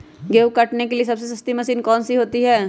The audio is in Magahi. गेंहू काटने के लिए सबसे सस्ती मशीन कौन सी होती है?